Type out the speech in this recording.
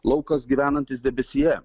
laukas gyvenantis debesyje